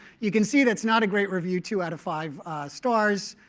you can see that's not a great review two out of five stars.